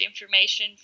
information